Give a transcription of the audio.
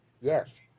yes